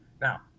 Now